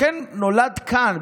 לכן נולד כאן,